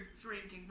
drinking